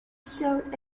showed